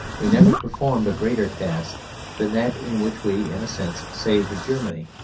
we never performed a greater task than that in which we, in a sense, saved germany,